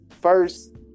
first